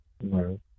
No